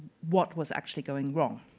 what was actually going wrong?